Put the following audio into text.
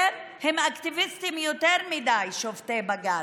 כן, הם אקטיביסטים יותר מדי, שופטי בג"ץ.